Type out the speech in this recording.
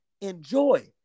enjoy